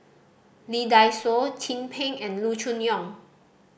Lee Dai Soh Chin Peng and Loo Choon Yong